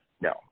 no